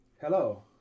Hello